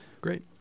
great